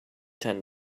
ten